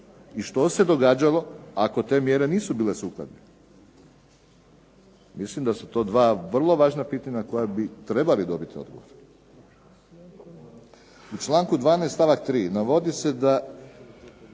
i što se događalo ako te mjere nisu bile sukladne. Mislim da su to dva vrlo važna pitanja na koja bi trebala dobiti odgovor. U članku 12. stavak 3. navodi se da